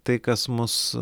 tai kas mus